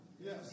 Yes